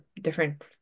different